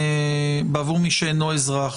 עבור מי שאינו אזרח,